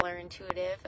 intuitive